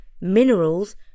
minerals